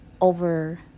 over